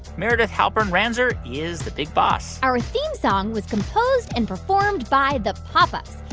meredith halpern-ranzer is the big boss our theme song was composed and performed by the pop ups.